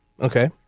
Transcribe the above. Okay